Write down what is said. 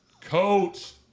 Coach